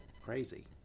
Crazy